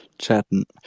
chatting